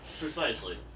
Precisely